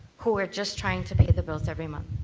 who are just trying to pay the bills every month.